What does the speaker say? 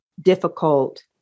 difficult